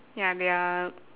ya their